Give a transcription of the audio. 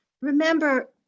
remember